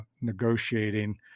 negotiating